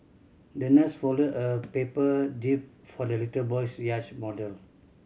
the nurse folded a paper jib for the little boy's yacht model